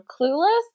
Clueless